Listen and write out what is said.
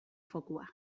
fokua